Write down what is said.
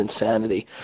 insanity